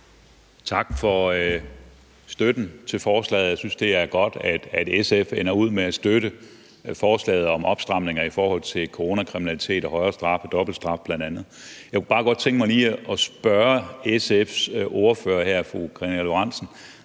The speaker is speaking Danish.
Tak for støtten til forslaget. Jeg synes, det er godt, at SF ender ud med at støtte forslaget om opstramninger i forhold til coronakriminalitet og højere straffe, bl.a. dobbelt straf. Jeg kunne bare godt tænke mig lige at spørge SF's ordfører, fru Karina Lorentzen